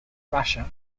russia